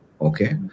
Okay